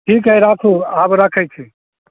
ठीक हए राखू आब रखैत छी